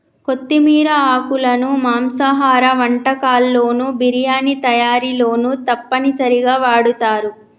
కొత్తిమీర ఆకులను మాంసాహార వంటకాల్లోను బిర్యానీ తయారీలోనూ తప్పనిసరిగా వాడుతారు